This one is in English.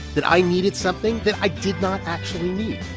that i needed something that i did not actually need.